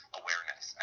awareness